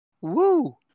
Woo